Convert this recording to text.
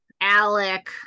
Alec